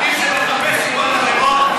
עדיף שתחפש סיבות אחרות.